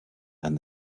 and